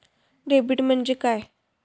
Debit म्हणजे काय?